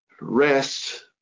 rest